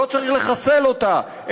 לא צריך לחסל אותה,